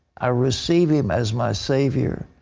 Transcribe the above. i receive him as my savior.